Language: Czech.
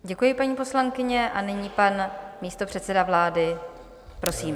Děkuji, paní poslankyně, a nyní pan místopředseda vlády, prosím.